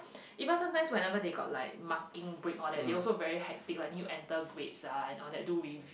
because sometimes whenever they got like marking break all that they also very hectic like need to enter grades ah and all that do review